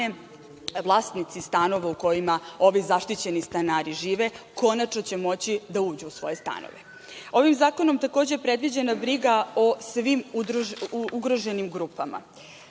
vlasnici stanova u kojima ovi zaštićeni stanari žive konačno će moći da uđu u svoje stanove. Ovim zakonom je takođe predviđena briga o svim ugroženim grupama. Sada